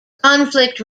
conflict